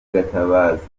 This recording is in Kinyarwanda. gatabazi